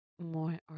more